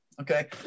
Okay